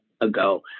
ago –